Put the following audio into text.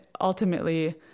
ultimately